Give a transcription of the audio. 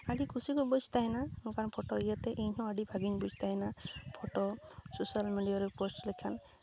ᱟᱹᱰᱤ ᱠᱩᱥᱤ ᱠᱚ ᱵᱩᱡ ᱛᱟᱦᱮᱱᱟ ᱱᱚᱝᱠᱟᱱ ᱯᱷᱚᱴᱳ ᱤᱭᱟᱹᱛᱮ ᱤᱧ ᱦᱚᱸ ᱟᱹᱰᱤ ᱵᱷᱟᱹᱜᱤᱧ ᱵᱩᱡ ᱛᱟᱦᱮᱱᱟ ᱯᱷᱚᱴᱳ ᱥᱳᱥᱟᱞ ᱢᱤᱰᱤᱭᱟ ᱨᱮ ᱯᱳᱥᱴ ᱞᱮᱠᱷᱟᱱ